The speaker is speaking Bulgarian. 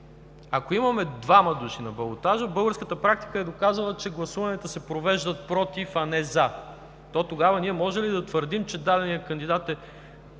Ако имаме двама души на балотажа – българската практика е доказала, че гласуването се провежда „против“, а не „за“, то тогава ние можем ли да твърдим, че даденият кандидат е